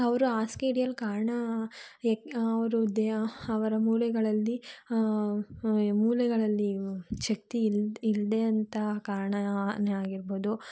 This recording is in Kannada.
ಅವರು ಹಾಸ್ಗೆ ಹಿಡಿಯಲ್ ಕಾರಣ ಏಕೆ ಅವರು ದೇಹ ಅವರ ಮೂಳೆಗಳಲ್ಲಿ ಮೂಳೆಗಳಲ್ಲಿ ಶಕ್ತಿ ಇಲ್ಲ ಇಲ್ಲದೆ ಅಂತ ಕಾರಣನೇ ಆಗಿರ್ಬೋದು